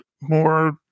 more